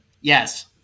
Yes